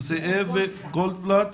זאב גולדבלט